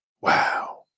wow